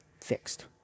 fixed